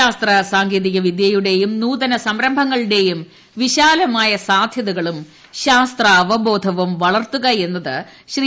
ശാസ്ത്ര സാങ്കേതിക വിദ്യയുടെയും നൂതന സംരംഭങ്ങളുടെയും വിശാലമായ സാധ്യതകളും ശാസ്ത്രാവബോധവും വളർത്തുക എന്നത് ശ്രീ